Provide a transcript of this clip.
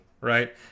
right